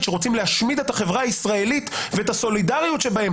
שרוצים להשמיד את החברה הישראלית ואת הסולידריות שבה,